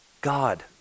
God